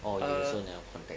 you also never contact